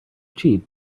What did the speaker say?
cheap